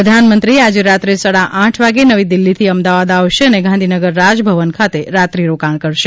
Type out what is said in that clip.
પ્રધાનમંત્રીશ્રી આજે રાત્રે સાડા આઠ વાગે નવી દિલ્હીથી અમદાવાદ આવશે અને ગાંધીનગર રાજભવન ખાતે રાત્રિ રોકાણ કરશે